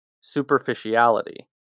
superficiality